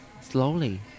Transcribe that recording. Slowly